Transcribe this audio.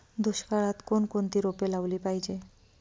दुष्काळात कोणकोणती रोपे लावली पाहिजे?